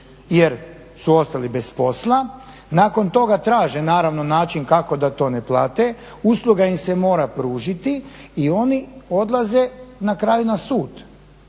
jer su ostali bez posla, nakon toga traže naravno način kako da to ne plate, usluga im se mora pružiti i oni odlaze na kraju na sud.